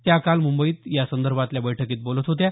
त्या काल मुंबईत या संदर्भातल्या बैठकीत बोलत होत्या